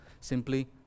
simply